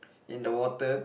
in the water